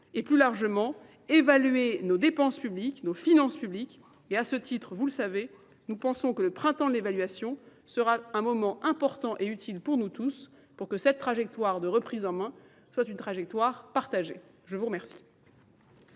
et plus largement évaluer nos dépenses publiques, nos finances publiques. Et à ce titre, vous le savez, nous pensons que le printemps de l'évaluation sera un moment important et utile pour nous tous pour que cette trajectoire de reprise en main soit une trajectoire partagée. Je vous remercie.